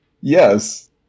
Yes